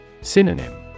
Synonym